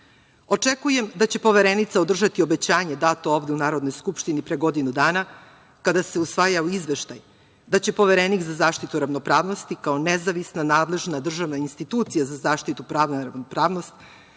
da će Poverenica održati obećanje dato ovde u Narodnoj skupštini pre godinu dana, kada se usvajao Izveštaj, da će Poverenik za zaštitu ravnopravnosti kao nezavisna nadležna državna institucija za zaštitu prava ravnopravnosti